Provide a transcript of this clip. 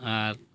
ᱟᱨ